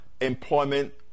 employment